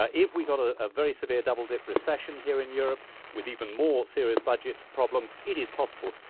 ah if we got a very severe double-dip recession here in europe with even more series budget problems, it is possible.